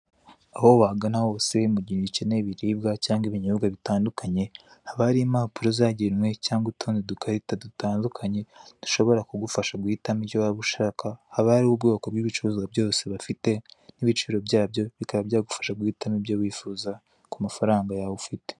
Aho wagana hose mu gihe ukeneye ibiribwa cyangwa ibinyobwa bitandukanye, haba hari impapuro zagenywe cyangwa utundi dukarita dutandukanye dushobora kugufasha guhitamo ibyo waga ushaka, haba hariho ubwoko bw'ibicuruzwa byose bafite n'ibiciro byabo, bikaba byagufasha guhitamo ibyo wifuza ku mafaranga yawe ufite.